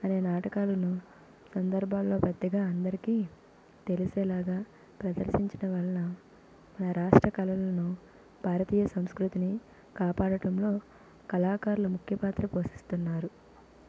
అనే నాటకాలను సందర్భాలో పెద్దగా అందరికి తెలిసేలాగా ప్రదర్శించడం వలన మన రాష్ట్ర కళలలను భారతీయ సంస్కృతిని కాపాడటంలో కళాకారులు ముఖ్యపాత్ర పోషిస్తున్నారు